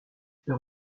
leur